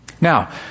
Now